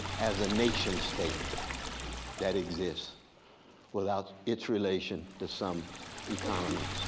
as a nation state that exists without it's relation to some economy,